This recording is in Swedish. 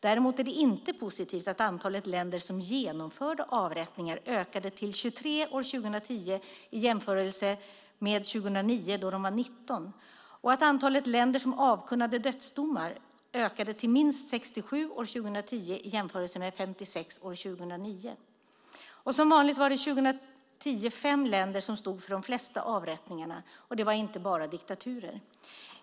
Däremot är det inte positivt att antalet länder som genomförde avrättningar ökade till 23 år 2010, i jämförelse med 2009, då det var 19, och att antalet länder som avkunnade dödsdomar ökade till minst 67 år 2010, i jämförelse med 56 år 2009. År 2010 var det som vanligt fem länder som stod för de flesta avrättningarna. Och det var inte bara diktaturer.